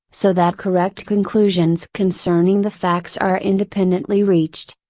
so that correct conclusions concerning the facts are independently reached,